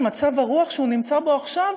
עם מצב הרוח שהוא נמצא בו עכשיו,